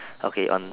okay on